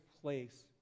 place